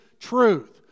truth